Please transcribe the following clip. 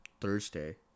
Thursday